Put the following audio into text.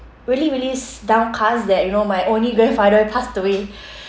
really really s~ downcast that you know my only grandfather passed away